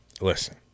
listen